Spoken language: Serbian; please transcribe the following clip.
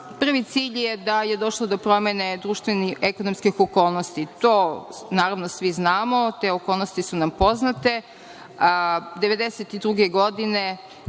cilj je da je došlo do promene društvenih i ekonomskih okolnosti. To svi znamo. Te okolnosti su nam poznate. Godine